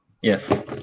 Yes